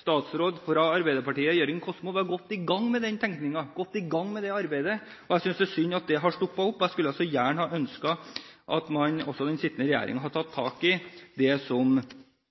statsråd fra Arbeiderpartiet, Jørgen Kosmo, var godt i gang med den tenkningen – godt i gang med det arbeidet. Jeg synes det er synd at det har stoppet opp. Jeg skulle så gjerne ha ønsket at også den sittende regjeringen hadde tatt tak i det som